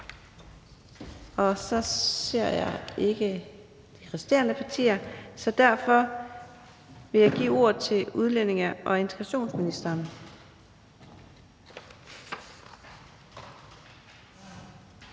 Og så ser jeg ikke ordførere fra de resterende partier , så derfor vil jeg give ordet til udlændinge- og integrationsministeren.